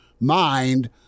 mind